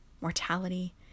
Mortality